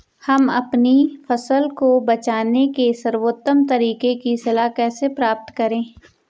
हम अपनी फसल को बचाने के सर्वोत्तम तरीके की सलाह कैसे प्राप्त करें?